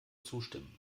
zustimmen